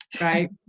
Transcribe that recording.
Right